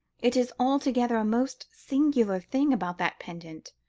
it is altogether a most singular thing about that pendant.